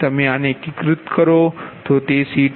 તમે આને એકીકૃત કરો તો તે C20